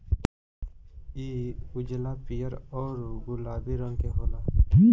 इ उजला, पीयर औरु गुलाबी रंग के होला